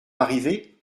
arrivé